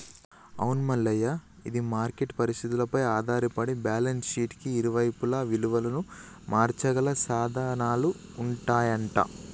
అవును మల్లయ్య ఇది మార్కెట్ పరిస్థితులపై ఆధారపడి బ్యాలెన్స్ షీట్ కి ఇరువైపులా విలువను మార్చగల సాధనాలు ఉంటాయంట